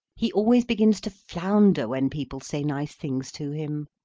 he always begins to flounder when people say nice things to him.